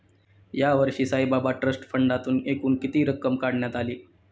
यावर्षी साईबाबा ट्रस्ट फंडातून एकूण किती रक्कम काढण्यात आली?